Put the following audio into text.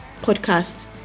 podcast